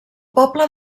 poble